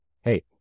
hey